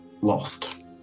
Lost